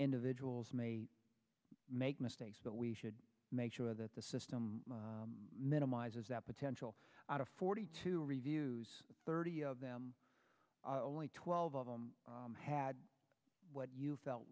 individuals may make mistakes but we should make sure that the system minimizes that potential out of forty two reviews thirty of them only twelve of them had what you felt